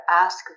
ask